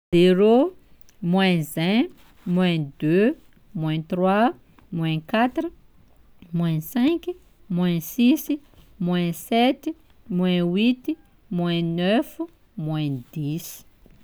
Zero, moins un, moins deux, moins trois, moins quatre, moins cinq, moins six, moins septy, moins huity, moins neufo, moins dix.